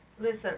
Listen